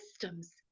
systems